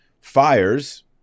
Fires